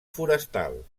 forestal